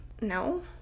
No